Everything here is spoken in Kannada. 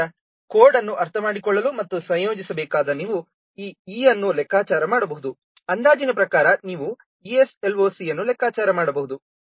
ಆದ್ದರಿಂದ ಕೋಡ್ ಅನ್ನು ಅರ್ಥಮಾಡಿಕೊಳ್ಳಲು ಮತ್ತು ಸಂಯೋಜಿಸಬೇಕಾದಾಗ ನೀವು ಈ E ಅನ್ನು ಲೆಕ್ಕಾಚಾರ ಮಾಡಬಹುದು ಅಂದಾಜಿನ ಪ್ರಕಾರ ನೀವು ESLOC ಅನ್ನು ಲೆಕ್ಕಾಚಾರ ಮಾಡಬಹುದು